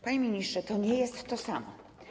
Panie ministrze, to nie jest to samo.